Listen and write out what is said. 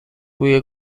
بوی